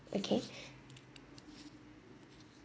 okay